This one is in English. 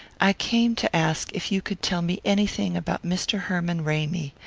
i came to ask if you could tell me anything about mr. herman ramy.